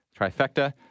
trifecta